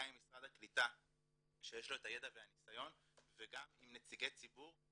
גם עם משרד הקליטה שיש לו את הידע והניסיון וגם עם נציגי ציבור,